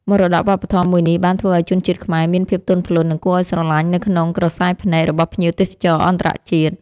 មរតកវប្បធម៌មួយនេះបានធ្វើឱ្យជនជាតិខ្មែរមានភាពទន់ភ្លន់និងគួរឱ្យស្រឡាញ់នៅក្នុងក្រសែភ្នែករបស់ភ្ញៀវទេសចរអន្តរជាតិ។